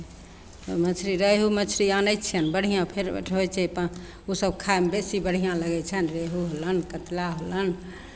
ओ मछली रेहू मछली आनै छियनि बढ़िआँ फेर उठबै छै ओसभ खायमे बेसी बढ़िआँ लगै छनि रेहू होलन कतला होलन